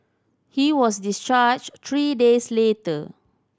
he was discharged three days later